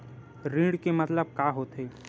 ऋण के मतलब का होथे?